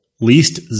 least